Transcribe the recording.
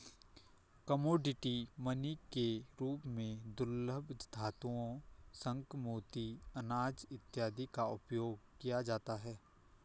commodity money के रूप में दुर्लभ धातुओं शंख मोती अनाज इत्यादि का उपयोग किया जाता है